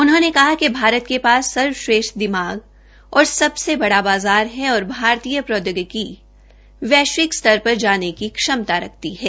उन्होंने कहा कि भारत के पास सर्वश्रेष्ठ दिमाग और सबसे बड़ा बाजार हैऔर भारतीय प्रौद्योगिकी वैश्विक स्तर पर जाने की क्षमता रखती है